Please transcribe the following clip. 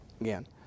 again